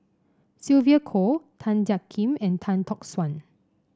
Sylvia Kho Tan Jiak Kim and Tan Tock San